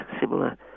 similar